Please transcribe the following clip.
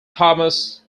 thomas